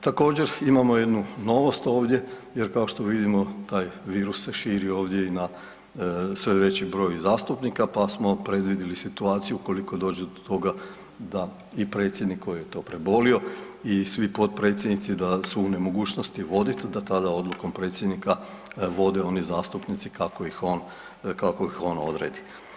Također imamo jednu novost ovdje jer kao što vidimo taj virus se širi ovdje i na sve veći broj zastupnika pa smo predvidjeli situaciju ukoliko dođe do toga da i predsjednik koji je to prebolio i svi potpredsjednici da su u nemogućnosti voditi da tada odlukom predsjednika vode oni zastupnici kako ih on, kako ih on odredi.